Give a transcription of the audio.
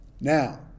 now